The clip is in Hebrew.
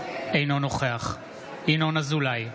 אינו נוכח ינון אזולאי,